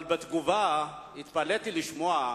אבל בתגובה, התפלאתי לשמוע,